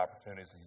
opportunities